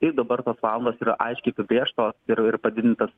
ir dabar tos valandos yra aiškiai apibrėžtos ir ir padidintas